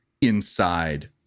inside